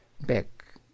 back